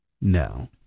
no